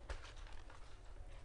הישיבה ננעלה בשעה